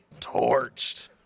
torched